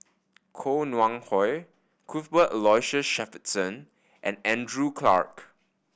Koh Nguang How Cuthbert Aloysius Shepherdson and Andrew Clarke